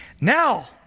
Now